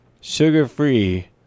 sugar-free